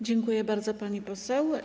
Dziękuję bardzo, pani poseł.